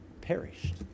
perished